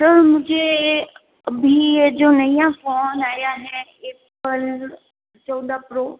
sir मुझे ये अभी ये जो नया फोन आया है एप्पल चौदह प्रो